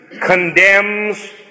condemns